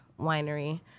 Winery